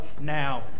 now